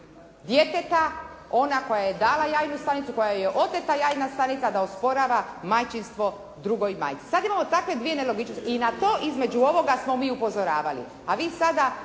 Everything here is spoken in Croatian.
djeteta ona koja je dala jajnu stanicu, kojoj je oteta jajna stanica da osporava majčinstvo drugoj majci. Sada imamo takve nelogičnosti i na to između ovoga smo mi upozoravali,